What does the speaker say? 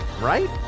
right